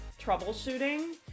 troubleshooting